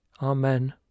Amen